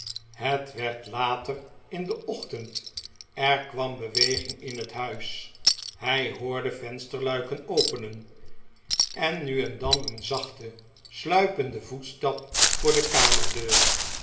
het werd later in den ochtend er kwam beweging in het huis hij hoorde vensterluiken openen en nu en dan een zachten sluipenden voetstap voor de kamerdeur